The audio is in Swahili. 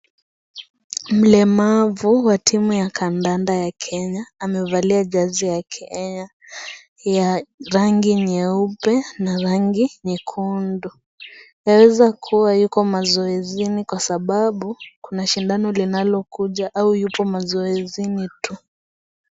Mlemavu wa timu ya kadada ya Kenya amevalia jezi ya Kenya ya rangi nyeupe na rangi nyekundu. Aweza kuwa yupo mazoezini kwa sababu kuna shindano linalokuja au yupo mazoezini tu.